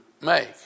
make